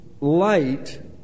light